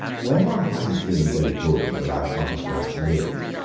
when one hasn't been very good in the life one has just lived,